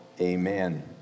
amen